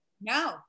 no